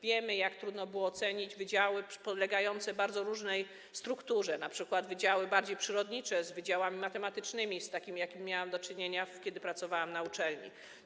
Wiemy, jak trudno było ocenić, porównać wydziały o bardzo różnej strukturze, np. wydziały bardziej przyrodnicze z wydziałami matematycznymi, z jakimi miałam do czynienia, kiedy pracowałam na uczelni.